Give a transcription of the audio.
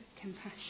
compassion